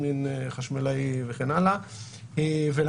"העבריין המרכזי" אותו אנחנו מחפשים,